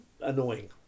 annoying